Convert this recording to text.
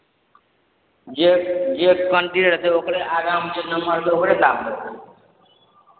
जे जे कन्डिडेट रहतै ओकरे आगाँमे जे नम्बर रहतै ओकरे दाबि देबै